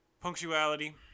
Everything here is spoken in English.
punctuality